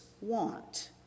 want